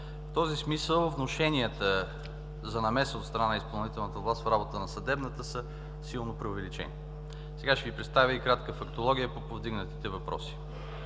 В този смисъл внушенията за намеса от страна на изпълнителната власт в работата на съдебната са силно преувеличени. Сега ще Ви представя и кратка фактология по повдигнатите въпроси.